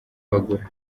bagura